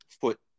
Foot